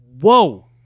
whoa